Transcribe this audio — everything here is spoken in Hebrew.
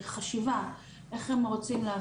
החשיבה שלנו זה שזה שצריך להיות מוצא אחרון ואנחנו